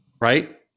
right